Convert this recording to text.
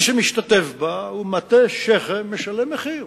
מי שמשתתף בה מטה שכם ומשלם מחיר.